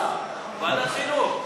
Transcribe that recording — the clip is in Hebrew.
ועדת חינוך.